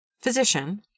physician